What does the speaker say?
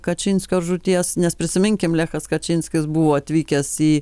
kačinskio žūties nes prisiminkim lechas kačinskis buvo atvykęs į